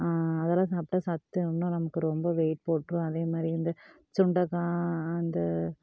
அதெல்லாம் சாப்பிட்டா சத்து இன்னும் நமக்கு ரொம்ப வெயிட் போட்டுரும் அதே மாதிரி வந்து சுண்டைக்கா அந்த